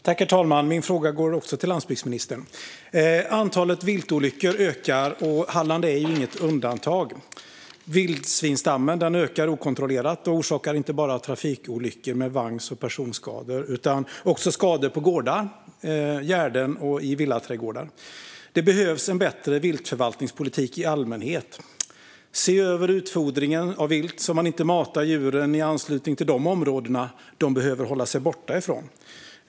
Herr talman! Även min fråga går till landsbygdsministern. Antalet viltolyckor ökar, och Halland är inget undantag. Vildsvinsstammen ökar okontrollerat och orsakar inte bara trafikolyckor med vagn och personskador utan också skador på gårdar, gärden och villaträdgårdar. Det behövs en bättre viltförvaltningspolitik i allmänhet. Vi behöver se över utfodringen av vilt så att man inte matar djuren i anslutning till de områden som de behöver hålla sig borta ifrån.